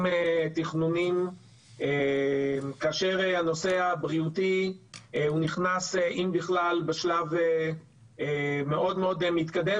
תכנונים כאשר הנושא הבריאותי הוא נכנס אם בכלל בשלב מאוד מתקדם,